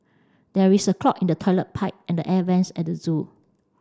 there is a clog in the toilet pipe and the air vents at the zoo